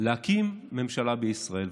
להקים ממשלה בישראל.